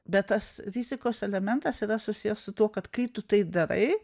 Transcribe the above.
bet tas rizikos elementas yra susiję su tuo kad kai tu tai darai